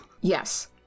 yes